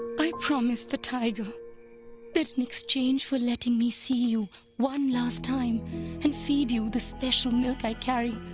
i promised the tiger that in exchange for letting me see you one last time and feed you the special milk i carry,